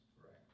Correct